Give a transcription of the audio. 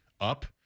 up